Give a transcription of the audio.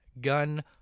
Gun